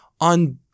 on